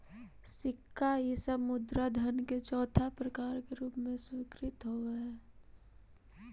सिक्का इ सब मुद्रा धन के चौथा प्रकार के रूप में स्वीकृत होवऽ हई